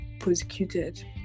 prosecuted